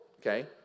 okay